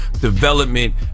development